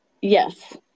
Yes